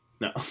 No